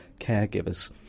Caregivers